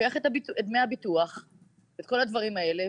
ולוקח את דמי הביטוח ואת כל הדברים האלה?